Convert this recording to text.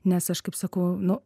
nes aš kaip sakau nu